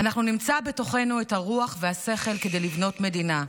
אנחנו נמצא בתוכנו את הרוח והשכל כדי לבנות מדינה,